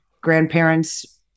grandparents